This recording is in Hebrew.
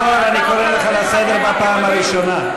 אני קורא אותך לסדר בפעם הראשונה.